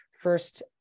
first